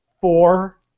four